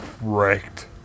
Wrecked